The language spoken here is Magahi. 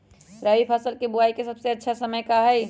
रबी फसल के बुआई के सबसे अच्छा समय का हई?